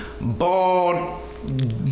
bald